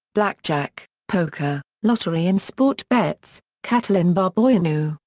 blackjack, poker, lottery and sport bets, catalin barboianu,